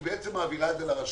מעבירה את זה לרשויות.